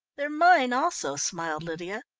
they're mine also, smiled lydia.